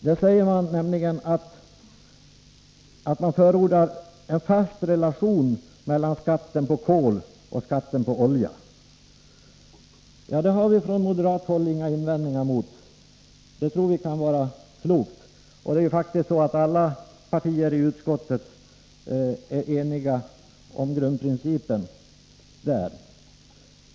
Man förordar nämligen en fast relation mellan skatten på kol och skatten på olja. Det har vi på moderat håll inga invändningar mot — det tror vi kan vara klokt. Det är faktiskt så att alla partier i utskottet är eniga om grundprincipen.